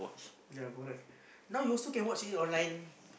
yea correct now you also can watch it online